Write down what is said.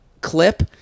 clip